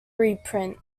reprint